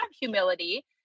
humility